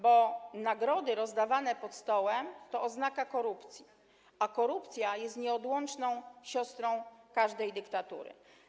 Bo nagrody rozdawane pod stołem to oznaka korupcji, a korupcja jest nieodłączną siostrą każdej dyktatury.